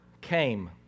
came